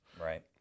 Right